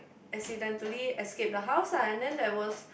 accidentally escape the house ah and then there was